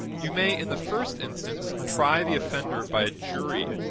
you may in the first instance try the offender by a jury